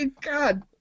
God